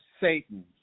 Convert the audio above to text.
Satan